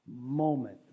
moment